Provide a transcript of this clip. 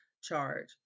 charge